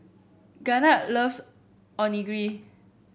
Garnet loves Onigiri